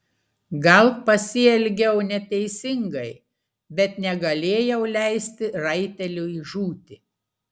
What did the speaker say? gal pasielgiau neteisingai bet negalėjau leisti raiteliui žūti